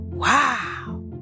Wow